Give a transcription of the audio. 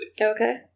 okay